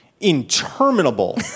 interminable